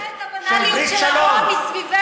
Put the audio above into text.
אני רואה את הבנאליות של הרוע מסביבנו,